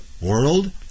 World